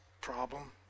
problem